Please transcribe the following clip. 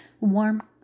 warm